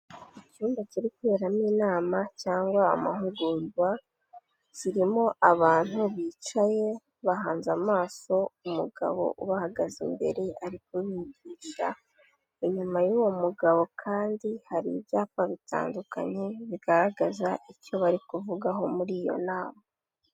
Icyumba kiri kuberamo inama cyangwa amahugurwa, kirimo abantu bicaye, bahanze amaso umugabo ubahagaze imbere ari kubigisha, inyuma y'uwo mugabo kandi hari ibyapa bitandukanye bigaragaza icyo bari kuvugaho muri iyo nama.